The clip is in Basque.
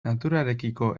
naturarekiko